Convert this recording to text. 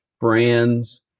brands